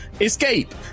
escape